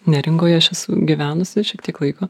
neringoje aš esu gyvenusi šiek tiek laiko